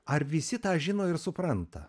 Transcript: ar visi tą žino ir supranta